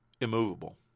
immovable